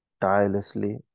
tirelessly